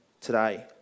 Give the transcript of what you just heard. today